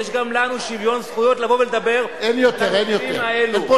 אז יש גם לנו שוויון זכויות לבוא ולדבר על הנושאים האלה.